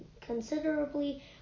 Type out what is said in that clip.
considerably